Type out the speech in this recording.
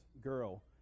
girl